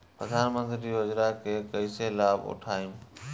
प्रधानमंत्री योजना के कईसे लाभ उठाईम?